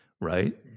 right